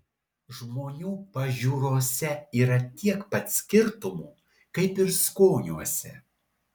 žmonių pažiūrose yra tiek pat skirtumų kaip ir skoniuose